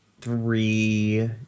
three